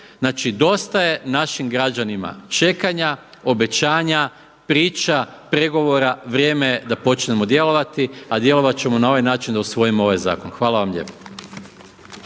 Znači dosta je našim građanima čekanja, obećanja, priča, pregovora, vrijeme je da počnemo djelovati a djelovati ćemo na ovaj način da usvojimo ovaj zakon. Hvala vam lijepo.